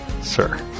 Sir